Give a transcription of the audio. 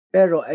Pero